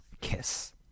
Kiss